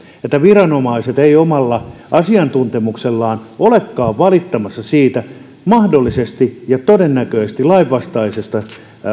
että viranomaiset eivät omalla asiantuntemuksellaan olekaan valittamassa siitä mahdollisesti ja todennäköisesti lainvastaisesta